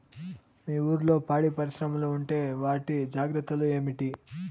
మీ ఊర్లలో పాడి పరిశ్రమలు ఉంటే వాటి జాగ్రత్తలు ఏమిటి